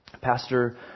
Pastor